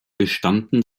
bestanden